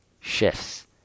shifts